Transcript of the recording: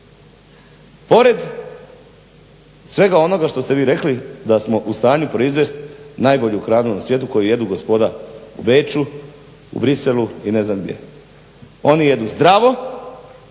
Pored svega onoga što ste vi rekli da smo u stanju proizvesti najbolju hranu na svijetu koju jedu gospoda u Beču, u Bruxellesu i ne znam gdje. Oni jedu zdravo